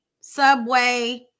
subway